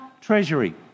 treasury